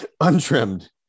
untrimmed